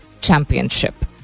Championship